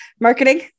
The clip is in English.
marketing